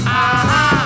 ah-ha